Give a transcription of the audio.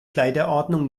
kleiderordnung